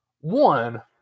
One